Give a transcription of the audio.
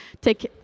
Take